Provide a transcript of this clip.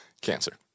cancer